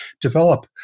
develop